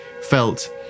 felt